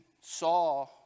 saw